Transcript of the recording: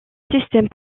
système